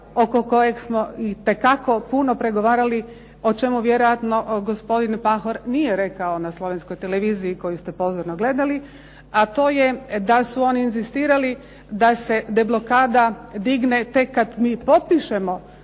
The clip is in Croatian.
oko koje smo itekako puno pregovarali o čemu vjerojatno gospodin Pahor nije rekao na Slovenskoj televiziji koju ste pozorno gledali a to je da su oni inzistirali da se deblokada digne tek kad mi potpišemo